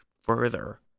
further